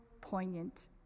poignant